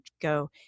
go